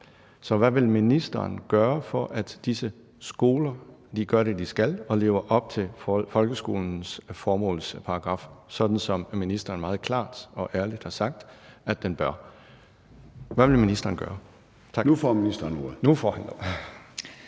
Så hvad vil ministeren gøre, for at de her skoler gør det, de skal, og lever op til folkeskolens formålsparagraf, sådan som ministeren meget klart og ærligt har sagt at de bør? Hvad vil ministeren gøre? Tak.